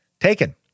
Taken